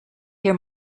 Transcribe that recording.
hear